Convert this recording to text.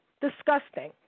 disgusting